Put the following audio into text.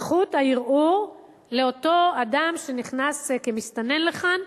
זכות הערעור לאותו אדם שנכנס כמסתנן לכאן.